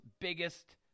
biggest